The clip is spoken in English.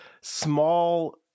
small